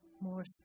more